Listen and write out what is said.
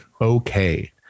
okay